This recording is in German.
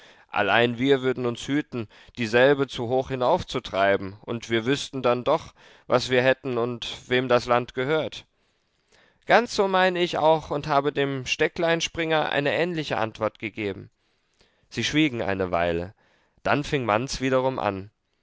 allein wir würden uns hüten dieselbe zu hoch hinaufzutreiben und wir wüßten dann doch was wir hätten und wem das land gehört ganz so meine ich auch und habe dem steckleinspringer eine ähnliche antwort gegeben sie schwiegen eine weile dann fing manz wiederum an